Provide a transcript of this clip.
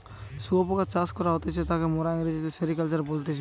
শুয়োপোকা চাষ করা হতিছে তাকে মোরা ইংরেজিতে সেরিকালচার বলতেছি